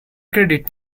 credit